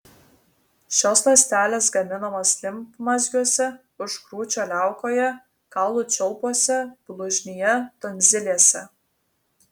šios ląstelės gaminamos limfmazgiuose užkrūčio liaukoje kaulų čiulpuose blužnyje tonzilėse